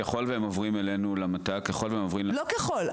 ככול שהם עוברים אלינו למת"ק --- לא "ככול".